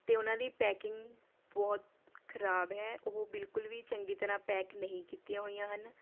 ਅਤੇ ਉਹਨਾਂ ਦੀ ਪੈਕਿੰਗ ਬਹੁਤ ਖਰਾਬ ਹੈ ਉਹ ਬਿਲਕੁਲ ਵੀ ਚੰਗੀ ਤਰ੍ਹਾਂ ਪੈਕ ਨਹੀਂ ਕੀਤੀਆਂ ਹੋਈਆਂ ਹਨ